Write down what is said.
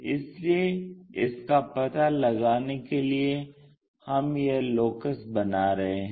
इसलिए इस का पता लगाने के लिए हम यह लोकस बना रहे हैं